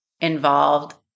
involved